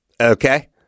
Okay